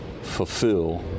fulfill